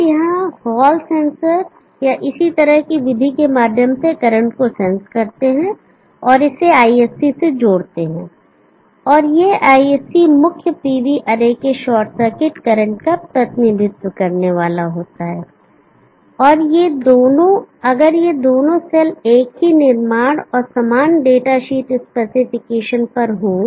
आप Hall sensor या इसी तरह की विधि के माध्यम से करंट को सेंस करते हैं और इसे ISCसे जोड़ते हैं और यह ISC मुख्य PV अरे के शॉर्ट सर्किट करंट का प्रतिनिधित्व करने वाला होता है अगर ये दोनों सेल एक ही निर्माण और समान डेटा शीट स्पेसिफिकेशन पर हों